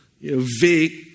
vague